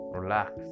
relax